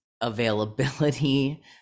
availability